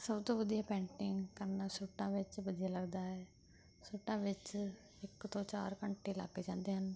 ਸਭ ਤੋਂ ਵਧੀਆ ਪੇਂਟਿੰਗ ਕਰਨਾ ਸੂਟਾਂ ਵਿੱਚ ਵਧੀਆ ਲੱਗਦਾ ਹੈ ਸੂਟਾਂ ਵਿੱਚ ਇੱਕ ਤੋਂ ਚਾਰ ਘੰਟੇ ਲੱਗ ਜਾਂਦੇ ਹਨ